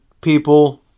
people